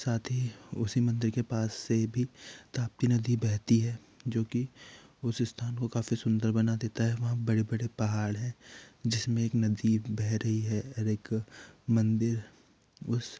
साथ ही उसी मंदिर के पास से भी ताप्ती नदी बहती है जो की उस स्थान को काफ़ी सुन्दर बना देता है वहाँ बड़े बड़े पहाड़ है जिसमें एक नदी बह रही है और एक मंदिर उस